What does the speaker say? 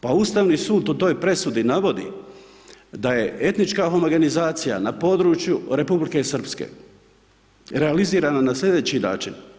Pa Ustavni sud u toj presudi navodi da je etnička homogenizacija na području Republike Srpske realizirana na slijedeći način.